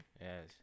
yes